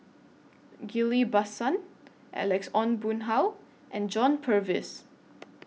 Ghillie BaSan Alex Ong Boon Hau and John Purvis